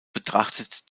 betrachtet